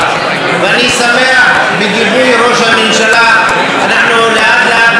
ואני שמח שבגיבוי ראש הממשלה אנחנו לאט-לאט מתכווננים